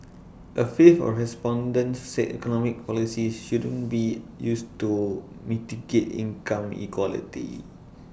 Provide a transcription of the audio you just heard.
A fifth of respondents said economic policies shouldn't be used to mitigate income inequality